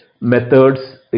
methods